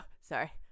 sorry